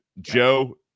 Joe